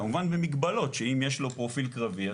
כמובן במגבלות שאם יש לו פרופיל קרבי,